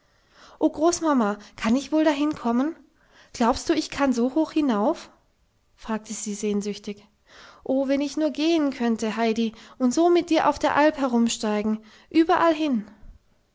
o großmama kann ich wohl dahin kommen glaubst du ich kann so hoch hinauf fragte sie sehnsüchtig oh wenn ich nur gehen könnte heidi und so mit dir auf der alp herumsteigen überallhin